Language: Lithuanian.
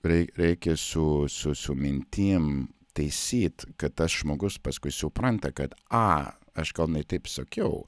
rei reikia su su su mintim taisyt kad tas žmogus paskui supranta kad a aš gal ne taip sakiau